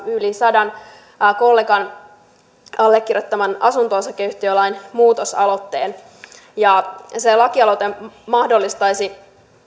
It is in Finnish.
yli sadan kollegan allekirjoittaman asunto osakeyhtiölain muutosaloitteen ja se lakialoite mahdollistaisi